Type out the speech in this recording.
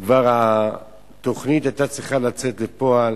התוכנית כבר היתה צריכה לצאת לפועל,